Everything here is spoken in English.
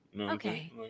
Okay